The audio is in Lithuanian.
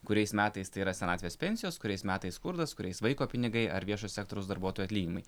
kuriais metais tai yra senatvės pensijos kuriais metais skurdas kuriais vaiko pinigai ar viešo sektoriaus darbuotojų atlyginimai